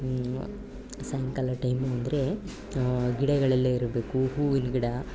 ಸಾಯಂಕಾಲ ಟೈಮು ಅಂದರೆ ಗಿಡಗಳೆಲ್ಲ ಇರಬೇಕು ಹೂವಿನ ಗಿಡ